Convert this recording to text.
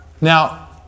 Now